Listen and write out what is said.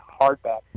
hardback